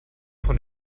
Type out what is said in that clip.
von